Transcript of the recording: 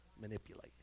manipulate